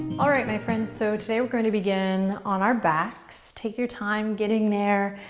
alright my friends, so today we're gonna begin on our backs. take your time getting there,